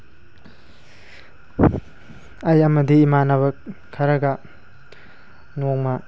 ꯑꯩ ꯑꯃꯗꯤ ꯏꯃꯥꯟꯅꯕ ꯈꯔꯒ ꯅꯣꯡꯃ